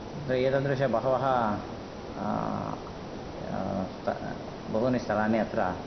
एतादृश बहवः स्त बहूनि स्थलानि अत्र